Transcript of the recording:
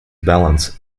balance